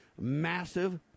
Massive